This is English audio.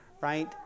Right